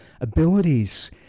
abilities